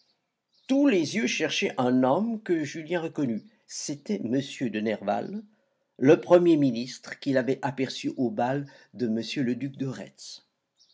tous les yeux cherchaient un homme que julien reconnut c'était m de nerval le premier ministre qu'il avait aperçu au bal de m le